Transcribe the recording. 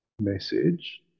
message